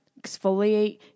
Exfoliate